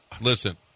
listen